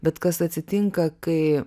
bet kas atsitinka kai